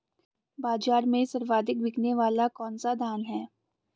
बाज़ार में सर्वाधिक बिकने वाला कौनसा धान है?